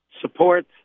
support